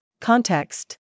Context